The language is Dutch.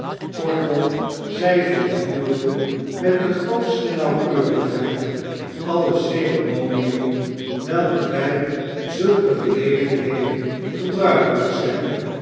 kortom zij volvoerde met de grootste nauwkeurigheid alle ceremonien welke bij zulke gelegenheden gebruikelijk zijn